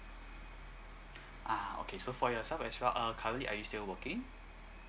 ah okay so for yourself as well uh currently are you still working